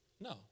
No